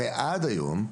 הרי עד היום,